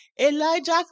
Elijah